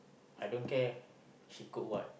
I don't care she cook what